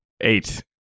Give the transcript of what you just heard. eight